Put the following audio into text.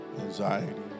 anxiety